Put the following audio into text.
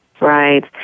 Right